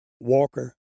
walker